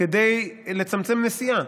כדי לצמצם נסיעה,